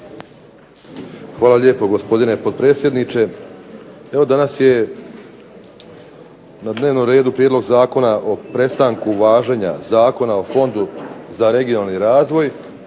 Hvala lijepo gospodine potpredsjedniče. Evo danas je na dnevnom redu Prijedlog zakona o prestanku važenja Zakona o Fondu za regionalni razvoj.